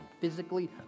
Physically